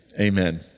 amen